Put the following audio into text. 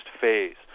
phase